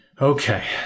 Okay